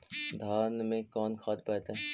धान मे कोन खाद पड़तै?